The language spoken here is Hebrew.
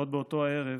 עוד באותו הערב,